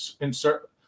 insert